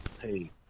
hey